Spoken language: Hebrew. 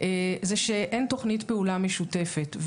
זה שאין תוכנית פעולה משותפת,